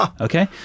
okay